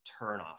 turnoff